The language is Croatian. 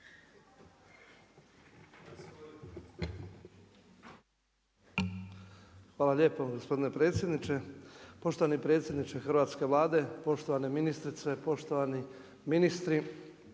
Hvala lijepo gospodine predsjedniče. Poštovani predsjedniče hrvatske Vlade, poštovane ministrice, poštovani ministri.